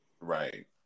Right